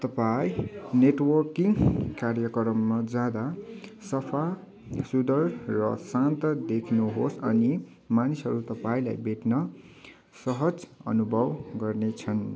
तपाईँँ नेटवर्किङ कार्यक्रममा जाँदा सफा सुग्घर र शान्त देखिनुहोस् अनि मानिसहरू तपाईँँलाई भेट्न सहज अनुभव गर्नेछन्